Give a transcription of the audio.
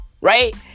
right